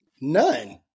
None